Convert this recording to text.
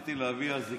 רציתי להביא אזיקים.